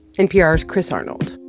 npr's chris arnold